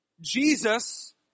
Jesus